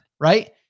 right